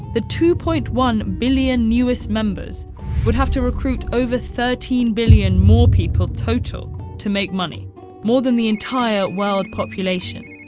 the two point one billion newest members would have to recruit over thirteen billion more people total to make money more than the entire world population.